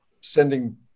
sending